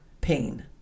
pain